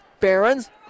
Barons